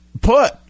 put